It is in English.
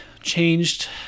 changed